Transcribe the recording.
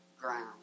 ground